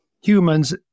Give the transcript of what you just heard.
humans